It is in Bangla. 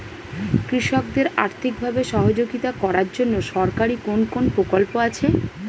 কৃষকদের আর্থিকভাবে সহযোগিতা করার জন্য সরকারি কোন কোন প্রকল্প আছে?